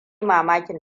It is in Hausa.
mamakin